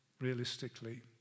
realistically